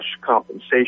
compensation